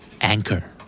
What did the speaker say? anchor